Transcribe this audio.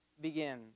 Begin